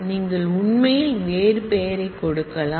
நீங்கள் உண்மையில் வேறு பெயரைக் கொடுக்கலாம்